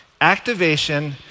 Activation